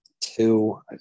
two